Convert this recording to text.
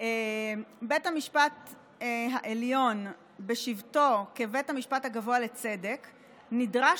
בית המשפט העליון בשבתו כבית המשפט הגבוה לצדק נדרש